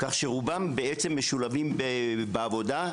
כך שרובם בעצם משולבים בעבודה,